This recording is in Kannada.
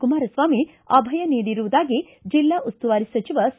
ಕುಮಾರಸ್ವಾಮಿ ಅಭಯ ನೀಡಿರುವುದಾಗಿ ಜಿಲ್ಲಾ ಉಸ್ತುವಾರಿ ಸಚಿವ ಸಾ